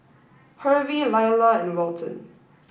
Hervey Lilah and Welton